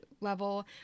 level